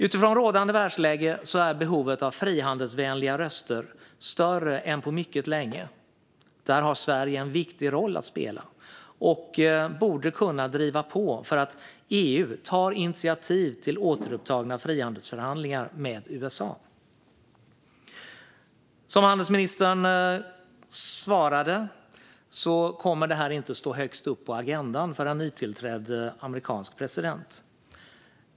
Utifrån rådande världsläge är behovet av frihandelsvänliga röster större än på mycket länge. Där har Sverige en viktig roll att spela, och vi borde driva på för att EU ska ta initiativ till återupptagna frihandelsförhandlingar med USA. Som handelsministern svarade kommer detta inte att stå högst upp på agendan för en nytillträdd amerikansk president.